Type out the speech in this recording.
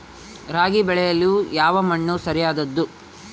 ರಾಗಿ ಬೆಳೆಯಲು ಯಾವ ಮಣ್ಣು ಸರಿಯಾದದ್ದು?